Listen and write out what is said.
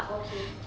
okay